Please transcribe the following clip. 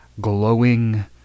glowing